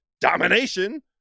domination